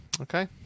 Okay